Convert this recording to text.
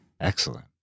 Excellent